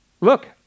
Look